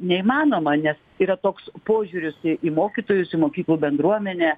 neįmanoma nes yra toks požiūris į į mokytojus į mokyklų bendruomenę